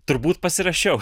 turbūt pasirašiau